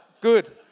Good